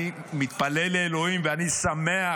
אני מתפלל לאלוהים, ואני שמח